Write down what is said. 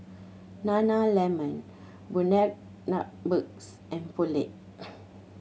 Nana Lemon Bundaberg and Poulet